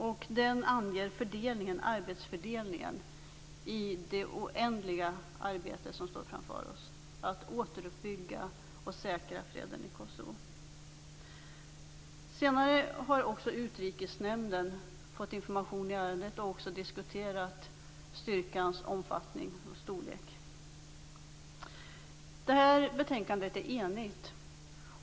Den anger arbetsfördelningen i det oändliga arbete som står framför oss att återuppbygga och säkra freden i Kosovo. Senare har även Utrikesnämnden fått information i ärendet och har också diskuterat styrkans omfattning och storlek. Detta betänkande är enigt.